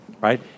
right